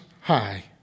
high